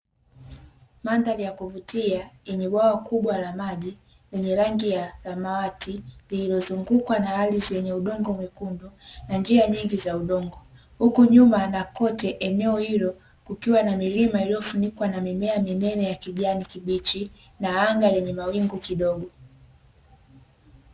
Mandhari ya kuvutia yenye bwawa kubwa la maji lenye rangi ya samawati, lililozungukwa na ardhi yenye udongo mwekundu, na njia nyingi za udongo. Huku nyuma na kote eneo hilo kukiwa na milima iliyofunikwa na mimea minene ya kijani kibichi na anga lenye mawingu kidogo.